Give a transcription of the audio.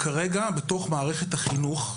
בתוך מערכת החינוך,